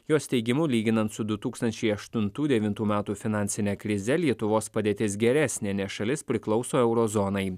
jos teigimu lyginant su du tūkstančiai aštuntų devintų metų finansine krize lietuvos padėtis geresnė nes šalis priklauso euro zonai